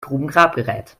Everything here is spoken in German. grubengrabgerät